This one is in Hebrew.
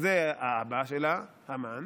זה אבא שלה, המן,